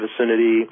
vicinity